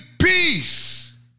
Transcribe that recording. peace